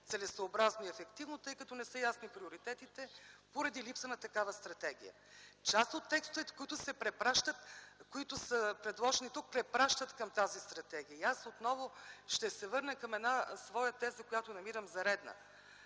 целесъобразно и ефективно, тъй като не са ясни приоритетите поради липса на такава стратегия. Част от текстовете, които са предложени тук, препращат към тази стратегия. Аз отново ще се върна към една своя теза, която намирам за редна.